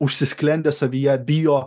užsisklendę savyje bijo